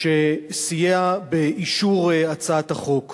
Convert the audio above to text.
שסייע באישור הצעת החוק בוועדה.